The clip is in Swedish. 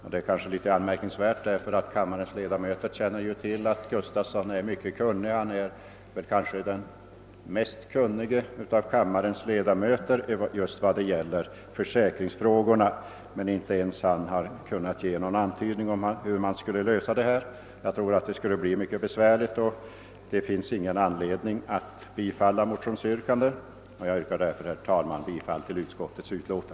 Detta är kanske litet anmärkningsvärt med tanke på att herr Gustavsson är mycket kunnig — kanske den mest kunnige av kammarens ledamöter — just när det gäller försäkringsfrågor. Men inte ens han har kunnat ge någon antydan om hur man skall kunna lösa detta problem. Jag tror att det skulle bli mycket besvärligt, och det finns ingen anledning att bifalla motionsyrkandet. Herr talman! Jag yrkar bifall till utskottets hemställan.